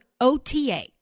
OTA